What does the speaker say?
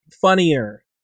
funnier